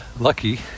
lucky